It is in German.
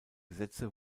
gesetze